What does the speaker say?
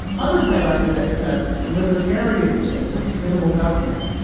others might argue that it's a libertarian state with minimal government.